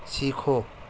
سیکھو